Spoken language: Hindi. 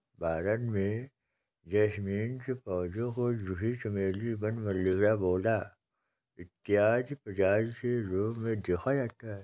भारत में जैस्मीन के पौधे को जूही चमेली वन मल्लिका बेला इत्यादि प्रजातियों के रूप में देखा जाता है